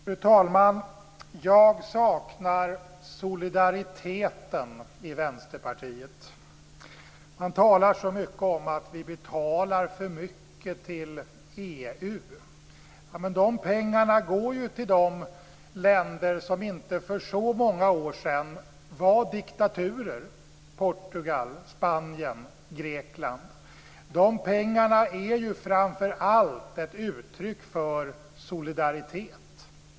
Fru talman! Jag saknar solidariteten i Vänsterpartiet. Man talar om att vi betalar för mycket till EU. Men de pengarna går ju till länder som för inte så många år sedan var diktaturer: Portugal, Spanien, Grekland. De pengarna är framför allt ett uttryck för solidaritet.